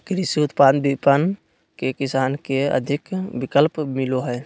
कृषि उत्पाद विपणन से किसान के अधिक विकल्प मिलो हइ